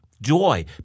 joy